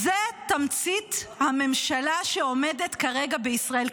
זו תמצית הממשלה שעומדת כרגע בישראל.